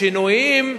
השינויים,